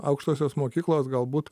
aukštosios mokyklos galbūt